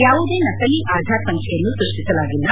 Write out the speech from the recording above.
ಯಾವುದೇ ನಕಲಿ ಆಧಾರ್ ಸಂಖ್ಯೆಯನ್ನು ಸೃಷ್ಠಿಸಲಾಗಿಲ್ಲ